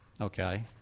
Okay